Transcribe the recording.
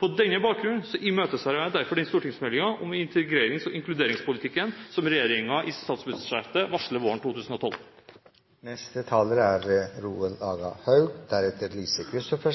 På denne bakgrunn imøteser jeg derfor den stortingsmeldingen om integrerings- og inkluderingspolitikken som regjeringen i statsbudsjettet varsler vil komme våren 2012. Det er